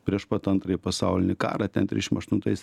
prieš pat antrąjį pasaulinį karą ten trisdešim aštuntais